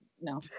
No